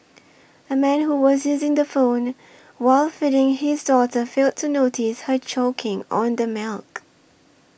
a man who was using the phone while feeding his daughter failed to notice her choking on the milk